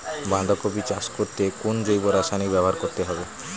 বাঁধাকপি চাষ করতে কোন জৈব রাসায়নিক ব্যবহার করতে হবে?